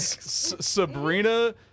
Sabrina